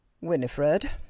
winifred